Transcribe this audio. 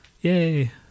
Yay